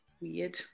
weird